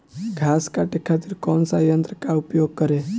घास काटे खातिर कौन सा यंत्र का उपयोग करें?